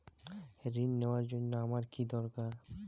ঋণ নেওয়ার জন্য আমার কী দরকার?